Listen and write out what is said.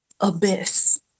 abyss